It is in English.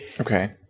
Okay